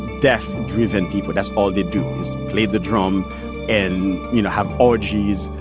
death-driven people. that's all they do is play the drum and, you know, have orgies,